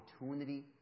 opportunity